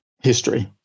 history